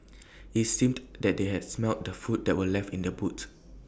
IT seemed that they had smelt the food that were left in the boot